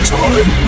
time